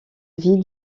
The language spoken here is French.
vie